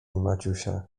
maciusia